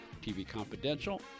tvconfidential